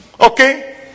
Okay